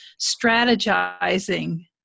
strategizing